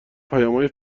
پیامهای